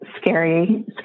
scary